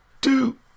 two